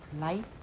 light